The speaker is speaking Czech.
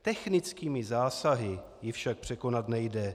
Technickými zásahy ji však překonat nejde.